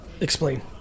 Explain